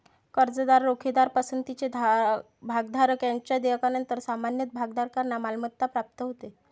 कर्जदार, रोखेधारक, पसंतीचे भागधारक यांच्या देयकानंतर सामान्य भागधारकांना मालमत्ता प्राप्त होते